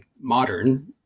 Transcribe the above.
modern